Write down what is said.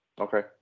Okay